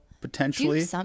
potentially